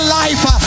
life